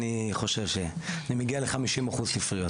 אני חושב שאני מגיע ל-50 אחוז ספריות,